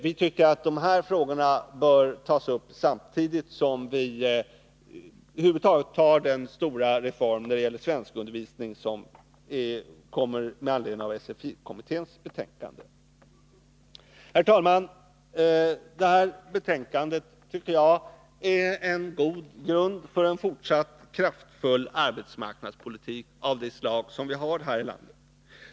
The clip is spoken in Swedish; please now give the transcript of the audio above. Vi tycker att dessa frågor bör tas upp samtidigt som vi tar den stora reform när det gäller svenskundervisningen som kommer med anledning av SFI-kommitténs betänkande. Herr talman! Förevarande betänkande tycker jag är en god grund för en fortsatt kraftfull arbetsmarknadspolitik av det slag som vi har här i landet.